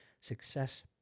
success